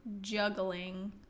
juggling